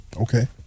Okay